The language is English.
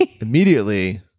immediately